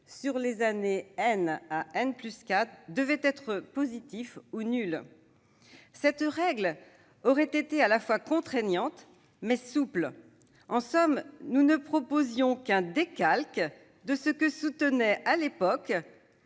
sur les années à +4 devait être positif ou nul. Cette règle aurait été à la fois contraignante et souple. En somme, nous ne proposions qu'un décalque de ce que soutenait, à l'époque,